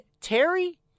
Terry